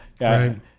right